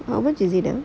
how much is it ah